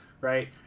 right